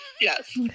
Yes